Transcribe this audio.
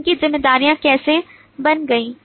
उनकी ज़िम्मेदारियाँ कैसे बन गईं